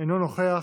אינו נוכח,